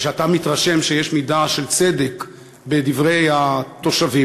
ושאתה מתרשם שיש מידה של צדק בדברי התושבים